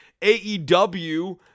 AEW